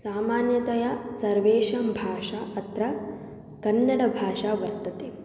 सामान्यतया सर्वेषां भाषा अत्र कन्नडभाषा वर्तते